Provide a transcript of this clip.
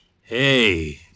Hey